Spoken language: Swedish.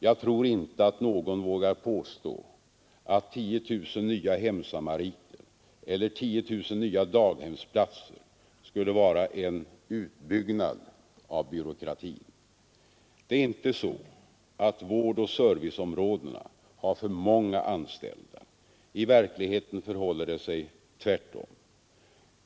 Jag tror inte att någon vågar påstå att 10 000 nya hemsamariter eller 10 000 nya daghemsplatser skulle vara en utbyggnad av byråkratin. Det är inte så att vårdoch serviceområdena har för många anställda. I verkligheten förhåller det sig tvärtom.